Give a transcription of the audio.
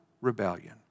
rebellion